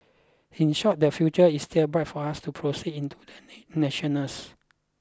in short the future is still bright for us to proceed into the national's